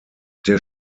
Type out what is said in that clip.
der